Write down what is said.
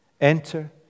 Enter